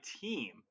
team